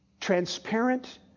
transparent